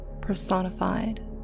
personified